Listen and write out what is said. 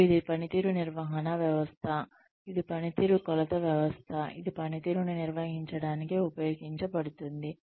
మరియు ఇది పనితీరు నిర్వహణ వ్యవస్థ ఇది పనితీరు కొలత వ్యవస్థ ఇది పనితీరును నిర్వహించడానికి ఉపయోగించబడుతుంది